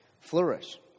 flourish